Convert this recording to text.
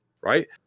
right